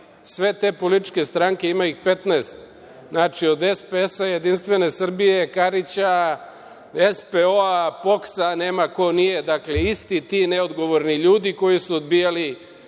Sve te političke stranke, ima ih 15, znači od SPS, JS, Karića, SPO, POKS, nema ko nije. Dakle, isti ti neodgovorni ljudi koji su odbijali